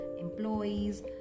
employees